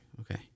Okay